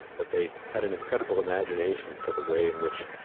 but they had an incredible imagination for the way in which,